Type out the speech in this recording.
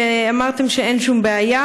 כשאמרתם שאין שום בעיה.